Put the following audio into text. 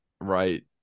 right